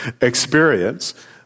experience